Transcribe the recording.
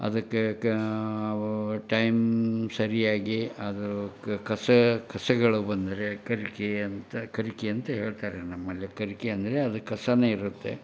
ಅದಕ್ಕೆ ಕಾವು ಟೈಮ್ ಸರಿಯಾಗಿ ಅದು ಕಸಗಳು ಬಂದರೆ ಕರ್ಕಿ ಅಂತ ಕರ್ಕಿ ಅಂತ ಹೇಳ್ತಾರೆ ನಮ್ಮಲ್ಲಿ ಕರ್ಕಿ ಅಂದರೆ ಅದು ಕಸವೇ ಇರುತ್ತೆ